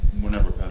whenever